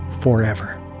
forever